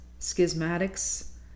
schismatics